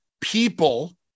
people